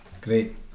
Great